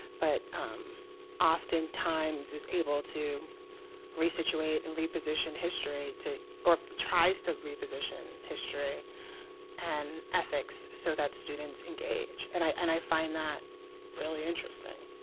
but um often times is able to re-situate and reposition history or tries to reposition history and ethics so that students engage. and i and i find that really interesting.